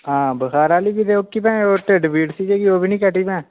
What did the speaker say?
हां बखारै आह्ली बी ते ओह्की भैं ओह् ढिड्ढ पीड़ सी ओह् बी नेईं घटी भैं